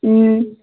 ও